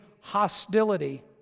hostility